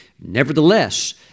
Nevertheless